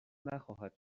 نخواهد